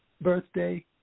birthday